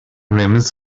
rims